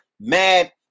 mad